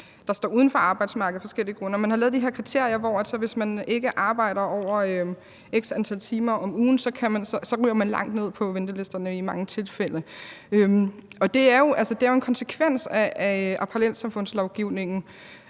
står uden for arbejdsmarkedet. Man har lavet de her kriterier, der betyder, at hvis man ikke arbejder over x antal timer om ugen, ryger man langt ned på ventelisterne i mange tilfælde. Det er jo en konsekvens af parallelsamfundslovgivningen,